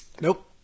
Nope